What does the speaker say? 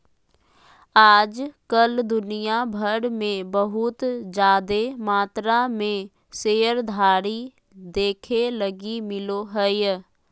आज कल दुनिया भर मे बहुत जादे मात्रा मे शेयरधारी देखे लगी मिलो हय